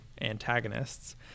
antagonists